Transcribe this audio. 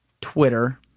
Twitter